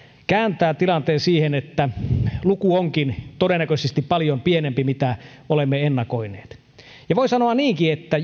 kääntää tilanteen siihen että luku onkin todennäköisesti paljon pienempi kuin olemme ennakoineet voi sanoa niinkin että